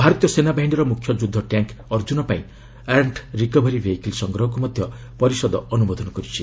ଭାରତୀୟ ସେନାବାହିନୀର ମୁଖ୍ୟ ଯୁଦ୍ଧ ଟ୍ୟାଙ୍କ୍ ଅର୍ଜୁନ ପାଇଁ ଆର୍ମଡ ରିକବରି ବେହିକିଲ୍ ସଂଗ୍ରହକୁ ମଧ୍ୟ ପରିଷଦ ଅନୁମୋଦନ କରିଛି